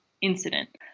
incident